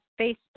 Facebook